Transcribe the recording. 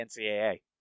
NCAA